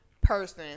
person